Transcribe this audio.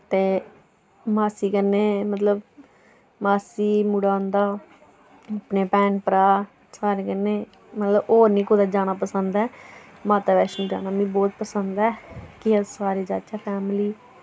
ते मास्सी कन्नै मतलब मास्सी मुड़ा उं'दा अपने भैन भ्रा सारें कन्नै मतलब और नि कुतै जाना पसंद ऐ माता वैश्णो जाना मिं बहुत पसंद ऐ कि अस सारे जाह्चै फैमली